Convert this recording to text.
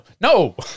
No